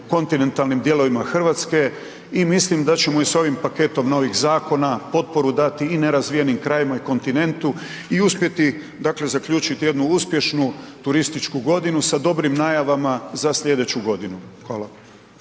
kontinentalnim dijelovima Hrvatske i mislim da ćemo i s ovim paketom novih zakona potporu dati i nerazvijenim krajevima i kontinentu i uspjeti zaključiti jednu uspješnu turističku godinu sa dobrim najavama za sljedeću godinu.